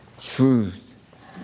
Truth